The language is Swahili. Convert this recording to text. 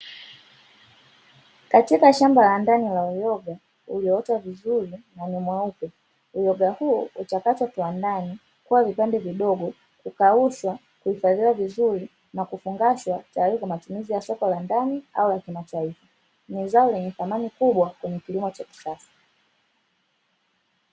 Katika Shamba la ndani la uyoga, ulioota vizuri na ni mweupe. Uyoga huu huchakatwa kiwandani kuwa vipande vidogo, kukaushwa, kuhifadhiwa vizuri na kufungashwa tayari kwa matumizi ya soko la ndani au la kimataifa. Ni zao lenye thamani kubwa kwenye kilimo cha kisasa.